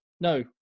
no